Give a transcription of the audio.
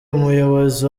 umuyobozi